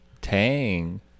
tang